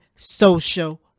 social